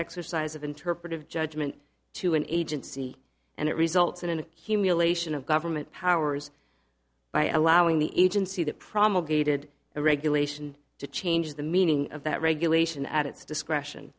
exercise of interpretive judgment to an agency and it results in an accumulation of government powers by allowing the agency that promulgated a regulation to change the meaning of that regulation at its discretion